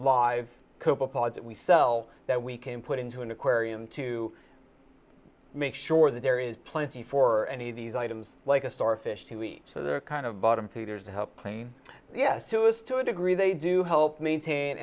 that we sell that we can put into an aquarium to make sure that there is plenty for any of these items like a starfish to eat so they're kind of bottom feeders and plain yes to us to a degree they do help maintain